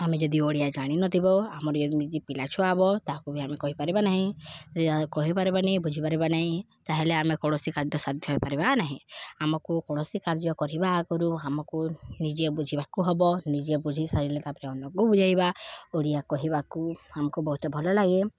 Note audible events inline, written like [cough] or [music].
ଆମେ ଯଦି ଓଡ଼ିଆ ଜାଣିନଥିବ ଆମର [unintelligible] ପିଲାଛୁଆ ହବ ତାହାକୁ ବି ଆମେ କହିପାରିବା ନାହିଁ କହିପାରିବାନି ବୁଝିପାରିବା ନାହିଁ ତାହେଲେ ଆମେ କୌଣସି କାର୍ଯ୍ୟ ସାଧ୍ୟ ହେଇପାରିବା ନାହିଁ ଆମକୁ କୌଣସି କାର୍ଯ୍ୟ କରିବା ଆଗରୁ ଆମକୁ ନିଜେ ବୁଝିବାକୁ ହବ ନିଜେ ବୁଝି ସାରିଲେ ତାପରେ ଅନ୍ୟକୁ ବୁଝାଇବା ଓଡ଼ିଆ କହିବାକୁ ଆମକୁ ବହୁତ ଭଲ ଲାଗେ